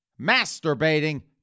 masturbating